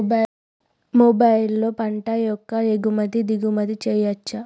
మొబైల్లో పంట యొక్క ఎగుమతి దిగుమతి చెయ్యచ్చా?